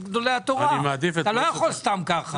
אני אעשה את זה.